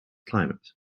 climate